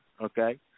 Okay